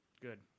Good